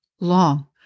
long